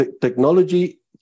technology